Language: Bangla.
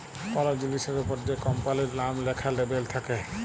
কল জিলিসের অপরে যে কম্পালির লাম ল্যাখা লেবেল থাক্যে